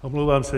Omlouvám se.